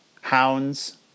Hounds